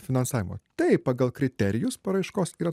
finansavimo taip pagal kriterijus paraiškos yra